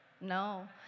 No